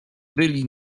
byli